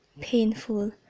Painful